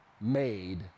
made